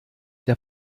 der